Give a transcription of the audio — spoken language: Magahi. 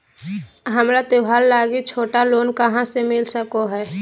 हमरा त्योहार लागि छोटा लोन कहाँ से मिल सको हइ?